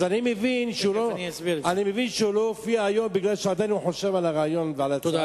אז אני מבין שהוא לא הופיע היום כי הוא עדיין חושב על ההצעה שלי.